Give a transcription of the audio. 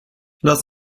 lass